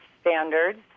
standards